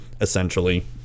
essentially